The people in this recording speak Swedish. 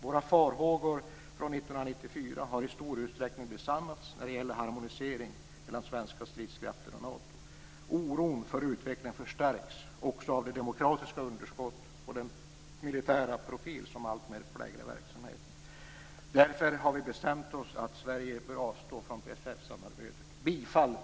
Våra farhågor från 1994 har i stor utsträckning besannats när det gäller harmonisering mellan svenska stridskrafter och Nato. Oron för utvecklingen förstärks också av det demokratiska underskott och den militära profil som alltmer präglar verksamheten. Därför har vi bestämt oss för att Sverige bör avstå från PFF-samarbetet.